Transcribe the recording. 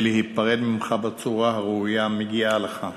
להיפרד ממך בצורה הראויה המגיעה לך.